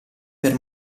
per